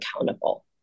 accountable